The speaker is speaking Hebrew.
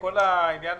כל עניין